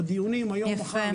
בדיונים היום או מחר,